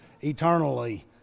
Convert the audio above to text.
eternally